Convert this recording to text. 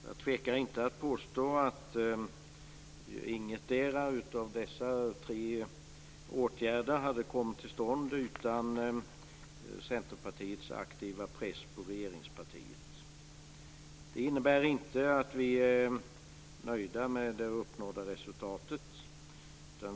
Jag tvekar inte att påstå att ingendera av dessa tre åtgärder hade kommit till stånd utan Centerpartiets aktiva press på regeringspartiet. Det innebär inte att vi är nöjda med det uppnådda resultatet.